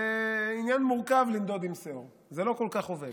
זה עניין מורכב לנדוד עם שאור, זה לא כל כך עובד.